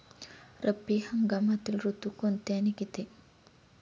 रब्बी हंगामातील ऋतू कोणते आणि किती?